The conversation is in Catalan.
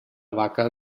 vaca